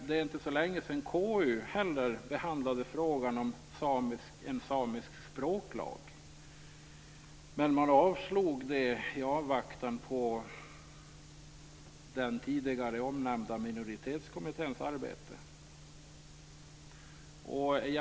Det är inte heller så länge sedan KU behandlade förslaget om en samisk språklag, men man avslog det i avvaktan på den tidigare omnämnda Minoritetskommitténs arbete.